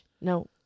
No